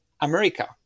America